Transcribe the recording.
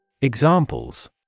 Examples